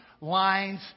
lines